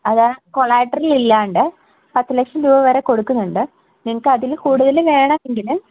അതായത് കൊല്ലം ആയിട്ടുണ്ട് പത്ത് ലക്ഷം രൂപ വരെ കൊടുക്കുന്നുണ്ട് നിങ്ങൾക്ക് അതില് കൂടുതൽ വേണം എങ്കില്